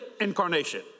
incarnation